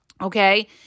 okay